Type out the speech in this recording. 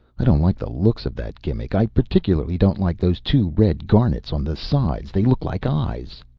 i don't like the looks of that gimmick. i particularly don't like those two red garnets on the sides. they look like eyes.